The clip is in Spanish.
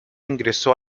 ingresó